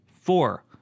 Four